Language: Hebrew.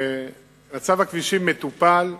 מצב הכבישים מטופל,